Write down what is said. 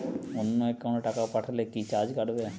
অন্য একাউন্টে টাকা পাঠালে কি চার্জ কাটবে?